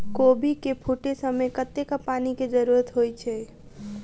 कोबी केँ फूटे समय मे कतेक पानि केँ जरूरत होइ छै?